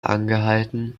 angehalten